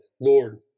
Lord